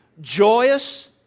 joyous